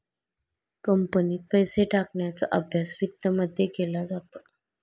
कंपनीत पैसे टाकण्याचा अभ्यास वित्तमध्ये केला जातो